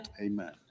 Amen